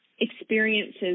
experiences